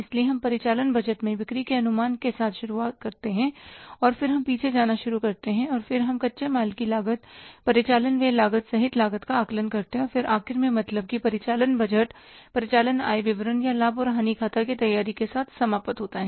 इसलिए हम परिचालन बजट में बिक्री के अनुमान के साथ शुरू करते हैं और फिर हम पीछे जाना शुरू करते हैं और फिर हम कच्चे माल की लागत परिचालन व्यय लागत सहित लागत का आकलन करते हैं और फिर आखिर में मतलब कि परिचालन बजट परिचालन आय विवरण या लाभ और हानि खाता की तैयारी के साथ समाप्त होता है